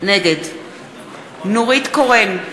נגד נורית קורן,